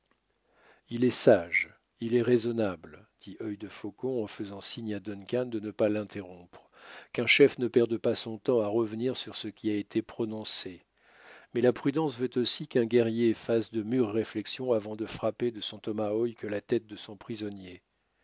il est sage il est raisonnable dit œil de faucon en faisant signe à duncan de ne pas l'interrompre qu'un chef ne perde pas son temps à revenir sur ce qui a été prononcé mais là prudence veut aussi qu'un guerrier fasse de mûres réflexions avant de frapper de son tomahawk la tête de son prisonnier